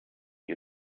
you